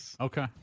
Okay